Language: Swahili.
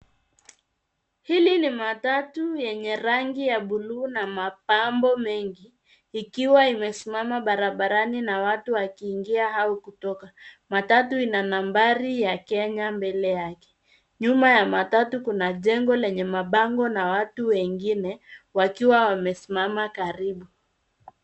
Hili ni matatu yenye rangi ya buluu na mapambo mengi ikiwa imesimama barabarani na watu wakiingia au kutoka. Matatu ina nambari ya Kenya mbele yake. Nyuma ya matatu kuna jengo lenye mabango na watu wengine wakiwa wamesimama karibu.